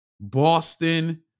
Boston